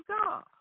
God